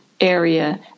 area